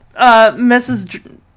Mrs